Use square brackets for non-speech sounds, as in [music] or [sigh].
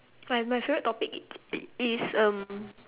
my my favourite topic is [noise] is um